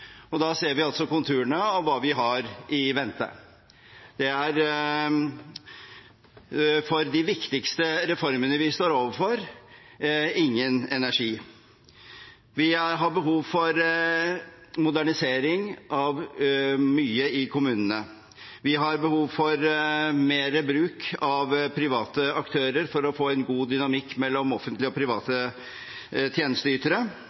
Da ser vi konturene av hva vi har i vente. Det er for de viktigste reformene vi står overfor, ingen energi. Vi har behov for modernisering av mye i kommunene. Vi har behov for mer bruk av private aktører for å få en god dynamikk mellom offentlige og private tjenesteytere,